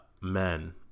men